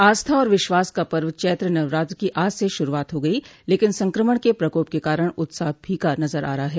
आस्था और विश्वास का पर्व चैत्र नवरात्र की आज से शुरुआत हो गई लेकिन संक्रमण के प्रकोप के कारण उत्साह फीका नजर आ रहा है